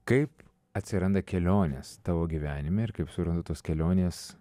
kaip atsiranda kelionės tavo gyvenime ir kaip surengtos kelionės